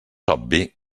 obvi